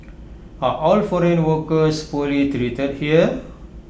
are all foreign workers poorly treated here